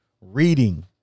reading